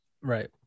right